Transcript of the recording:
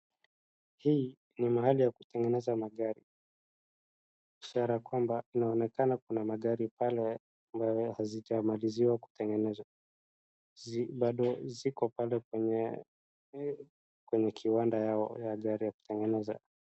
Hii ni mahali ya kutengeneza magari ishara kwamba inaonekana kuna magari pale ambazo hazijamaliziwa kutengenezwa. Bado ziko pale kwenye kiwanda yao ya magari ya kutengeneza.